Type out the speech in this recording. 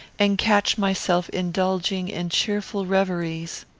and catch myself indulging in cheerful reveries.